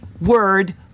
word